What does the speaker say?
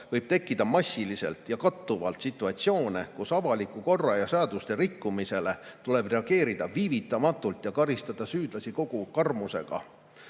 võib tekkida massiliselt ja kattuvalt situatsioone, kus avaliku korra ja seaduste rikkumisele tuleb reageerida viivitamatult ja karistada süüdlasi kogu karmusega,